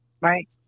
Right